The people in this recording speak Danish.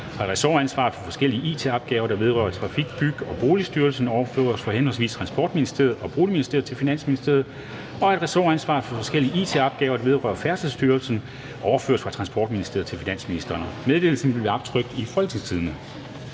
at ressortansvaret for forskellige it-opgaver, der vedrører Trafik-, Bygge- og Boligstyrelsen, overføres fra henholdsvis transportministeren og boligministeren til finansministeren, og at ressortansvaret for forskellige it-opgaver, der vedrører Færdselsstyrelsen, overføres fra transportministeren til finansministeren. Meddelelsen vil blive optrykt i Folketingstidende.